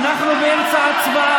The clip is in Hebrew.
בושה.